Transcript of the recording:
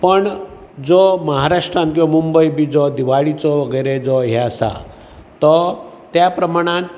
पण जो म्हाराष्ट्रांत किंवा मुंबय बी जो दिवाळीचो वगेरे जो हें आसा तो त्या प्रमाणान